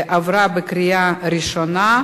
עברה בקריאה ראשונה.